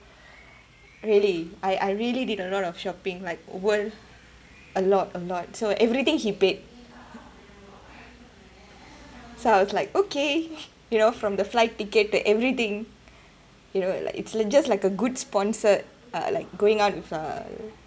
really I I really did a lot of shopping like worth a lot a lot so everything he paid so I was like okay you know from the flight ticket to everything you know like it's just like a good sponsored uh like going out with uh